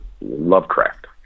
Lovecraft